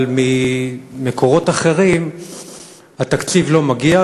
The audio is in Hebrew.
אבל ממקורות אחרים התקציב לא מגיע,